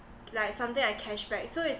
like something like cashback so it's